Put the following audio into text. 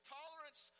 tolerance